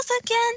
again